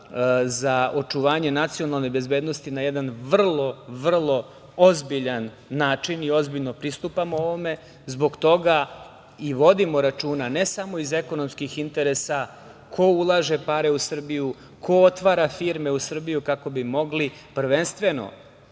za očuvanje nacionalne bezbednosti, na jedan vrlo, vrlo ozbiljan način i ozbiljno pristupamo ovome. Zbog toga i vodimo računa, ne samo iz ekonomskih interesa, ko ulaže pare u Srbiju, ko otvara firme u Srbiji, kako bi mogli prvenstveno,